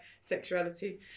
sexuality